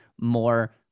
more